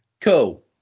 Cool